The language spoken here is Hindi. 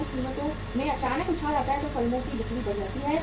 अगर कीमतों में अचानक उछाल आता है तो फर्मों की बिक्री बढ़ जाती है